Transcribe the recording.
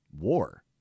war